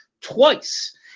twice